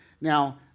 Now